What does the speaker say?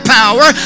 power